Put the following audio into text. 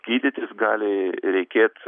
gydytis gali reikėt